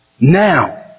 now